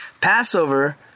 Passover